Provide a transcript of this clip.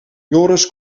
joris